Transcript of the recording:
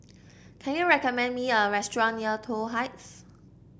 can you recommend me a restaurant near Toh Heights